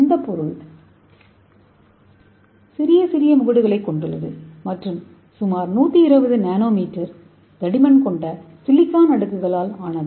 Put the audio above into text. இந்த பொருள் சிறிய சிறிய முகடுகளைக் கொண்டுள்ளது மற்றும் சுமார் 120 என்எம் தடிமன் கொண்ட சிலிக்கான் அடுக்கால் ஆனது